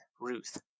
Ruth